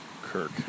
Kirk